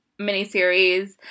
miniseries